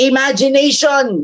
Imagination